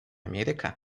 америка